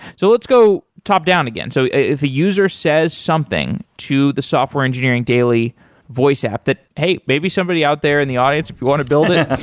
so let's go top-down again. so if a user says something to the software engineering daily voice app that hey, maybe somebody out there in the audience, if you want to build it,